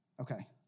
Okay